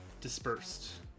dispersed